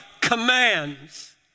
commands